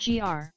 GR